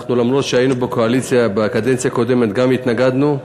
למרות שהיינו בקואליציה בקדנציה קודמת התנגדנו,